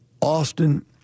Austin